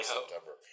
September